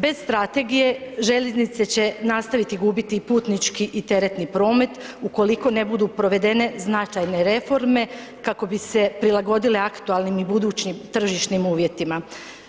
Bez strategije željeznice će nastaviti gubiti i putnički i teretni promet ukoliko ne budu provedene značajne reforme kako bi se prilagodile aktualnim i budućim tržišnim uvjetima,